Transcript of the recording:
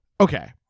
Okay